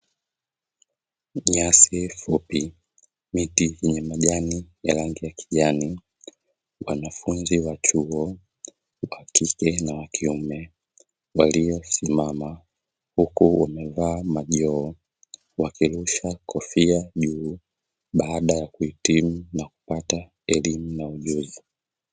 Nyasi fupi miti yenye rangi ya kijani, wanafunzi wa chuo wa kike na wa kiume waliosimama, huku wamevaa majoho wamerushwa kofia juu, baada ya kuhitimu chuo cha elimu ya ujuzi.